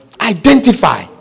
Identify